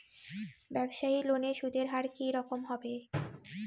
ব্যবসায়ী লোনে সুদের হার কি রকম হবে?